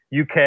UK